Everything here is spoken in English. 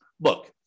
look